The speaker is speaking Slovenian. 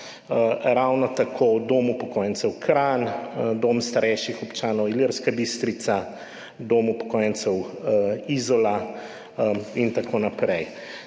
Ravno tako Dom upokojencev Kranj, Dom starejših občanov Ilirska Bistrica, Dom upokojencev Izola in tako naprej.